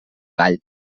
gall